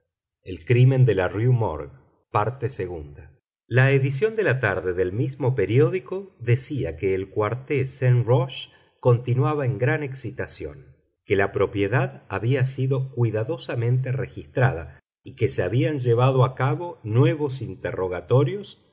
no existe sin embargo la menor huella la edición de la tarde del mismo periódico decía que el quartier saint roch continuaba en gran excitación que la propiedad había sido cuidadosamente registrada y que se habían llevado a cabo nuevos interrogatorios